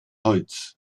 holz